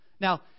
Now